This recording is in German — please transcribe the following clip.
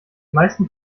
meisten